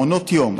מעונות יום,